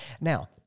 Now